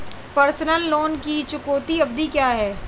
Personal loan की चुकौती अवधि क्या है?